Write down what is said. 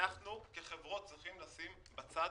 אנחנו כחברות צריכים לשים בצד